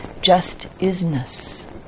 just-isness